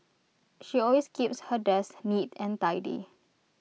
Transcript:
she always keeps her desk neat and tidy